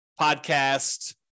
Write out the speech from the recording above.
podcast